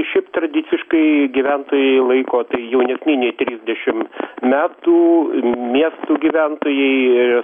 šiaip tradiciškai gyventojai laiko tai jaunesni nei trisdešim metų miestų gyventojai